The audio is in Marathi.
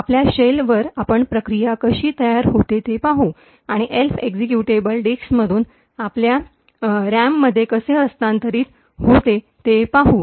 out आपल्या शेलवर आपण प्रक्रिया कशी तयार होते ते पाहू आणि एल्फ एक्झिक्युटेबल डिस्कमधून आपल्या रॅममध्ये कसे हस्तांतरित होते ते पाहू